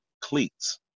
cleats